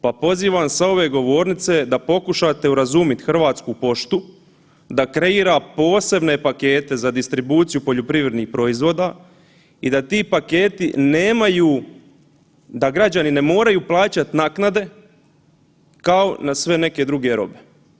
Pa pozivam s ove pozornice da pokušate urazumit Hrvatsku poštu da kreira posebne pakete za distribuciju poljoprivrednih proizvoda i da ti paketi nemaju da građani ne moraju plaćati naknade kao na sve neke druge robe.